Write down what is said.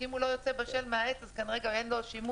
כי אם הוא לא יוצא בשל מהעץ אז כנראה לא יהיה בו שימוש.